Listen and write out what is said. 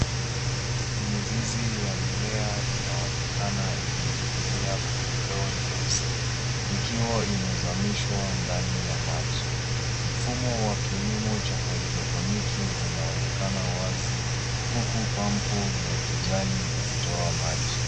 Mizizi ya mimea inaonekana ikining'inia kwenye ndoo nyeusi ikiwa imezamishwa ndani ya maji. Mfumo wa kilimo cha haidroponiki unaonekana wazi huku pampu ya kijani ikitoa maji.